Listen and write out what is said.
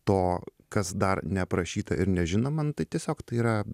to kas dar neaprašyta ir nežinoma nu tai tiesiog tai yra